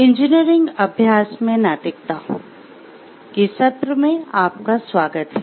engineering अभ्यास में नैतिकता के सत्र में आपका स्वागत है